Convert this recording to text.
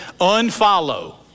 unfollow